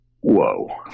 whoa